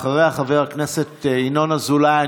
אחריה, חבר הכנסת ינון אזולאי.